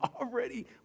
already